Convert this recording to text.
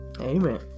Amen